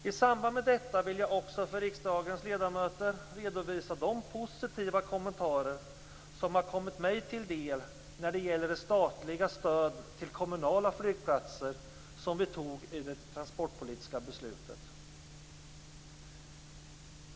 I samband med detta vill jag också för riksdagens ledamöter redovisa de positiva kommentarer som har kommit mig till del när det gäller det statliga stöd till kommunala flygplatser som vi tog i det transportpolitiska beslutet.